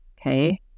Okay